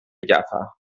jaffa